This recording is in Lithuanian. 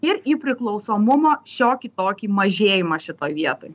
ir į priklausomumo šiokį tokį mažėjimą šitoj vietoj